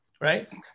right